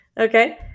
Okay